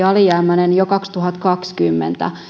alijäämäinen jo kaksituhattakaksikymmentä